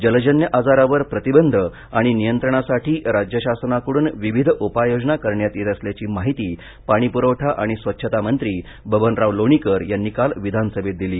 जलजन्य आजारावर प्रतिबंध आणि नियंत्रणासाठी राज्य शासनाकडून विविध उपाययोजना करण्यात येत असल्याची माहिती पाणीपुरवठा आणि स्वच्छतामंत्री बबनराव लोणीकर यांनी काल विधानसभेत दिली